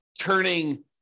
turning